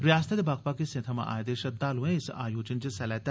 रियासतै दे बक्ख बक्ख हिस्से थमां आए दे श्रद्धालुए इस आयोजन च हिस्सा लैता